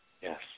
yes